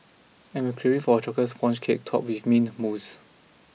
I am craving for a Chocolate Sponge Cake topped with Mint Mousse